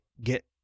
get